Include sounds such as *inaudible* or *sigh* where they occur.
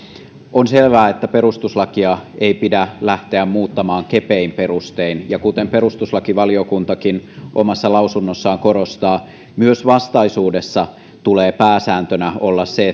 on selvää että perustuslakia ei pidä lähteä muuttamaan kepein perustein ja kuten perustuslakivaliokuntakin omassa lausunnossaan korostaa myös vastaisuudessa tulee pääsääntönä olla se *unintelligible*